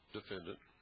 defendant